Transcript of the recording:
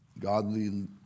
Godly